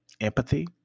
empathy